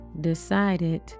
decided